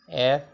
F